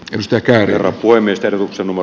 jos taiteilijalla voimistelun sanoma